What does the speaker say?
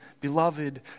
beloved